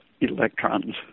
electrons